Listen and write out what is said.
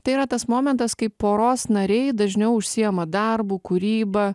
tai yra tas momentas kai poros nariai dažniau užsiema darbu kūryba